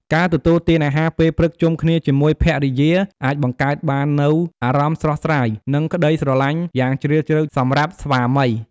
ការទទួលទានអាហារពេលព្រឹកជុំគ្នាជាមួយភរិយា អាចបង្កើតបាននូវអារម្មណ៍ស្រស់ស្រាយ និងក្ដីស្រឡាញ់យ៉ាងជ្រាលជ្រៅសម្រាប់ស្វាមី។